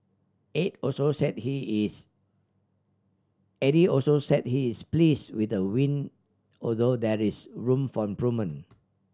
Aide also said he is Aidey also said he is please with the win although that is room for improvement